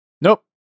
Nope